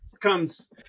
comes